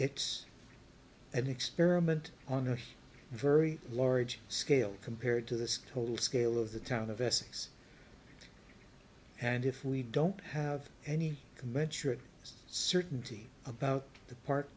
it's an experiment on a very large scale compared to this whole scale of the town of essex and if we don't have any commensurate certainty about the par